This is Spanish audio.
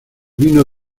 vino